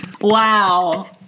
Wow